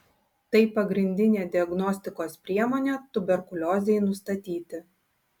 tai pagrindinė diagnostikos priemonė tuberkuliozei nustatyti